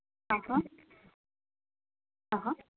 हा हा